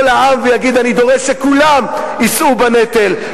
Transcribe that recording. לעם ויגיד: אני דורש שכולם יישאו בנטל,